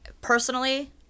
personally